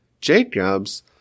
Jacob's